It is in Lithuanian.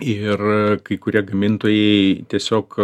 ir kai kurie gamintojai tiesiog